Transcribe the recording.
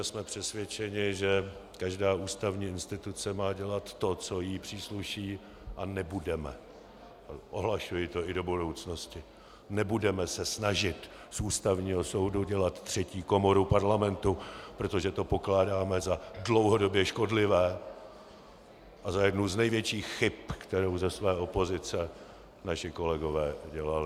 Jsme přesvědčeni, že každá ústavní instituce má dělat to, co jí přísluší, a nebudeme ohlašuji to i do budoucnosti se snažit z Ústavního soudu dělat třetí komoru Parlamentu, protože to pokládáme za dlouhodobě škodlivé a za jednu z největších chyb, kterou ze své opozice naši kolegové dělali.